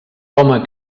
home